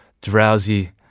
drowsy